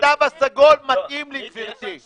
לפי התו הסגול, מתאים לי, גברתי.